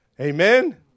Amen